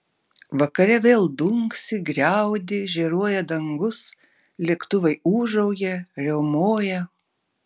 vakare vėl dunksi griaudi žėruoja dangus lėktuvai ūžauja riaumoja